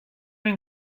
nos